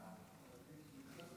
שלוש